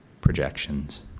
projections